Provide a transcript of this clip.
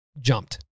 jumped